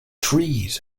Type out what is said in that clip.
trees